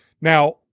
Now